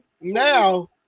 now